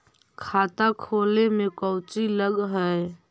खाता खोले में कौचि लग है?